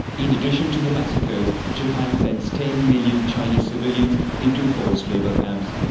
in addition to the massacres, japan sends ten million chinese civilians into forced labor camps.